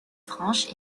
franche